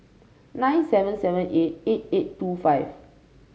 nine seven seven eight eight eight two five